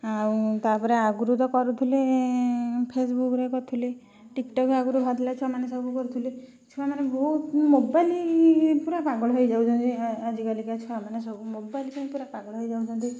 ଆଉ ତାପରେ ଆଗରୁ ତ କରୁଥିଲେ ଫେସବୁକ୍ ରେ କରୁଥିଲେ ଟିକଟକ୍ ଆଗରୁ ବାହାରିଲା ଛୁଆ ମାନେ ସବୁ କରୁଥିଲେ ଛୁଆମାନେ ବହୁତ ମୋବାଇଲି ପୁରା ପାଗଳ ହେଇଯାଉଛନ୍ତି ଆଜିକାଲି କା ଛୁଆ ମାନେ ସବୁ ମୋବାଇଲି ପାଇଁ ପୁରା ପାଗଳ ହେଇଯାଉଛନ୍ତି